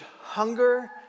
hunger